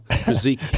physique